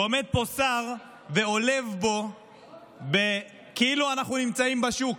ועומד פה שר ועולב בו כאילו אנחנו נמצאים בשוק.